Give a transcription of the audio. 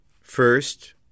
first